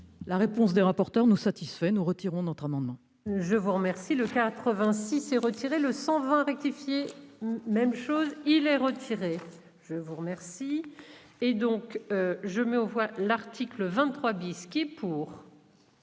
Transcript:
La réponse des rapporteurs nous satisfait ; nous retirons notre amendement,